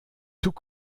tout